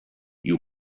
you